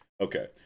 okay